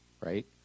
right